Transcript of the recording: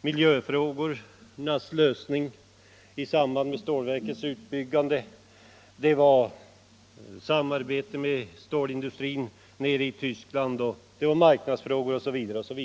miljöfrågornas lösning i samband med stålverkets utbyggande, samarbete med stålindustrin nere i Tyskland, marknadsfrågor osv.